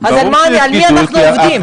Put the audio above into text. אז על מי אנחנו עובדים?